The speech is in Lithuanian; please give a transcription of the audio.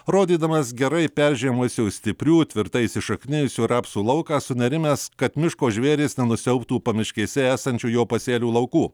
rodydamas gerai peržiemojusiųjų stiprių tvirtai įsišaknijusių rapsų lauką sunerimęs kad miško žvėrys nenusiaubtų pamiškėse esančių jo pasėlių laukų